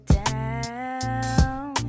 down